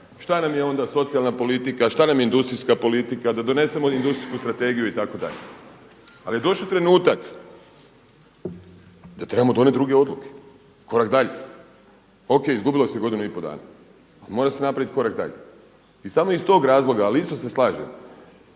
šta nam je onda socijalna politika, šta nam je industrijska politika, da donesemo Industrijsku strategiju itd. Ali je došao trenutak da trebamo donijeti druge odluke, korak dalje. O.k. Izgubilo se godinu i pol dana, ali se mora napraviti korak dalje. I samo iz tog razloga, ali isto se slažem.